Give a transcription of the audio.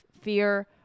fear